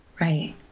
Right